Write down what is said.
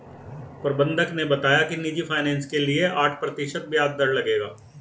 प्रबंधक ने बताया कि निजी फ़ाइनेंस के लिए आठ प्रतिशत ब्याज दर लगेगा